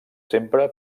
sempre